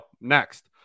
Next